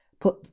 put